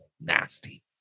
nasty